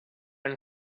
and